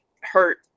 hurt